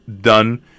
done